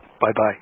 Bye-bye